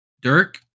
Dirk